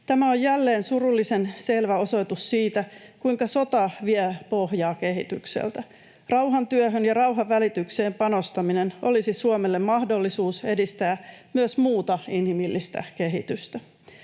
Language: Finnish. Tämä on jälleen surullisen selvä osoitus siitä, kuinka sota vie pohjaa kehitykseltä. Rauhantyöhön ja rauhanvälitykseen panostaminen olisi Suomelle mahdollisuus edistää myös muuta inhimillistä kehitystä.